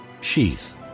sheath